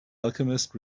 alchemist